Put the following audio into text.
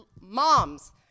moms